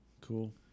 Cool